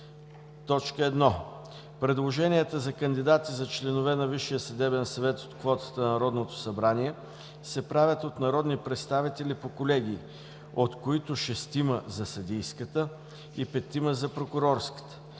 съвет 1. Предложенията за кандидати за членове на Висшия съдебен съвет от квотата на Народното събрание се правят от народни представители по колегии, от които шестима – за съдийската, и петима – за прокурорската.